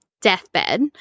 deathbed